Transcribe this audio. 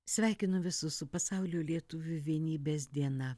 sveikinu visus su pasaulio lietuvių vienybės diena